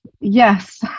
Yes